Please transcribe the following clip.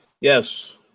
yes